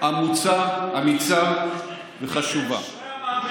אמיצה וחשובה, אשרי המאמין.